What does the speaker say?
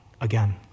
again